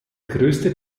größte